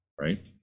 right